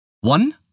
One